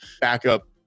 backup